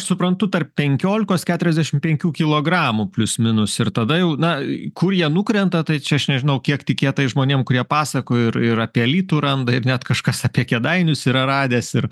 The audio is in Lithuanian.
suprantu tarp penkiolikos keturiasdešim penkių kilogramų plius minus ir tada jau na kur jie nukrenta tai čia aš nežinau kiek tikėt tais žmonėm kurie pasakojo ir ir apie alytų randa ir net kažkas apie kėdainius yra radęs ir